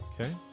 Okay